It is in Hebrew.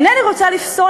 אינני רוצה לפסול,